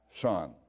son